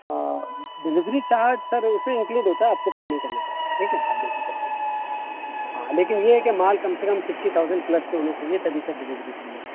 delivery charge sir اس پہ include ہوتا ہے آپ کو پے کرنا نہیں پڑے گا ٹھیک ہے آپ بے فکر رہیں ہاں لیکن یہ ہے کہ مال کم سے کم ففٹی تھاؤزنٹ پلس تو ہونا چاہیے تبھی سے ڈلیوری فری ہوگی